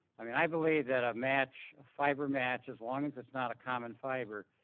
i mean i believe that a match a fiber match as long as it's not a common fiber,